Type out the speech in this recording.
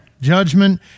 judgment